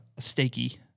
steaky